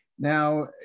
Now